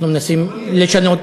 אנחנו מנסים לשנות.